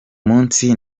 munsi